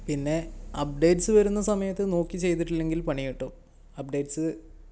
പിന്നെ അപ്ഡേറ്റ്സ് വരുന്ന സമയത്ത് നോക്കി ചെയ്തിട്ടില്ലെങ്കിൽ പണി കിട്ടും അപ്ഡേറ്റ്സ്